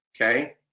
okay